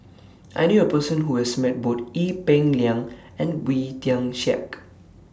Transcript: I knew A Person Who has Met Both Ee Peng Liang and Wee Tian Siak